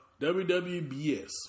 WWBS